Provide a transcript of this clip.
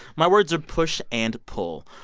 my words are push and pull.